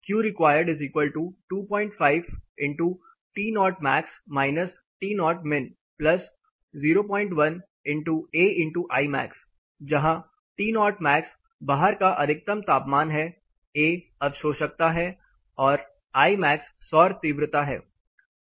Qreq25 ×Tmax₋Tmin 01a×Imax जहां Tmax बाहर का अधिकतम तापमान a अवशोषकता and Imax सौर तीव्रता है